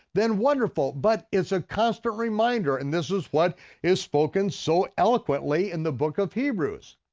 then wonderful, but it's a constant reminder, and this is what is spoken so eloquently in the book of hebrews.